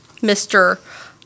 Mr